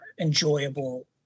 enjoyable